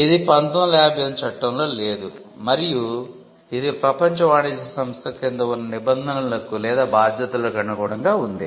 ఇది 1958 చట్టంలో లేదు మరియు ఇది ప్రపంచ వాణిజ్య సంస్థ క్రింద ఉన్న నిబందనలకు లేదా బాధ్యతలకు అనుగుణంగా ఉంది